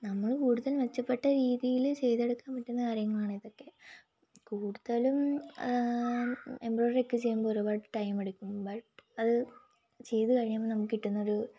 നമ്മൾ കൂടുതൽ മെച്ചപ്പെട്ട രീതിയിൽ ചെയ്തെടുക്കാൻ പറ്റുന്ന കാര്യങ്ങളാണിതൊക്കെ കൂടുതലും എംബ്രോയ്ഡറി ഒക്കെ ചെയ്യുമ്പോൾ ഒരുപാട് ടൈമെടുക്കും ബട്ട് അത് ചെയ്തു കഴിയുമ്പോൾ നമുക്ക് കിട്ടുന്നൊരു